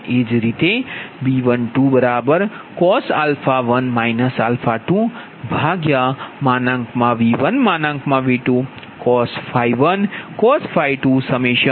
તે તમારું B221V222 K1NBRAK22RK છે